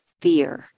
fear